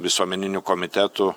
visuomeninių komitetų